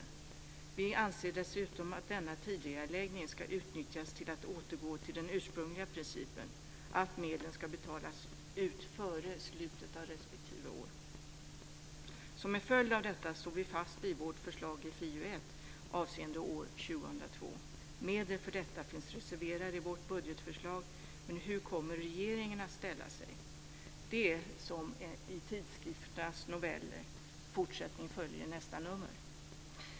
Vi anser dessutom att denna tidigareläggning ska utnyttjas till att återgå till den ursprungliga principen att medlen ska betalas ut före slutet av respektive år. Som en följd av detta står vi fast vid vårt förslag i FiU1 avseende år 2002. Medel för detta finns reserverade i vårt budgetförslag, men hur kommer regeringen att ställa sig? Det är som i tidskrifternas noveller: fortsättning följer i nästa nummer.